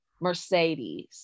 mercedes